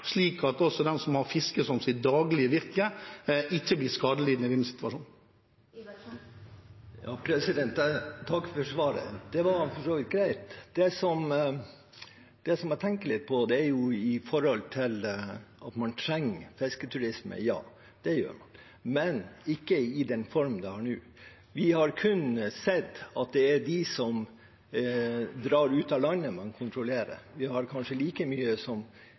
slik at de som har fiske som sitt daglige virke, ikke blir skadelidende i denne situasjonen. Takk for svaret – det var for så vidt greit. Det jeg tenker litt på, gjelder dette med om man trenger fisketurisme. Ja, det gjør man, men ikke i den formen det har nå. Vi har sett at det er kun de som drar ut av landet, man kontrollerer. Vi har kanskje like mange av dem som